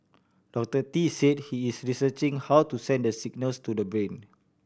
Doctor Tee said he is researching how to send the signals to the brain